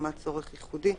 מחמת צורך ייחודי,